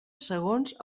segons